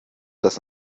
das